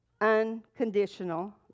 unconditional